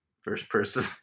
first-person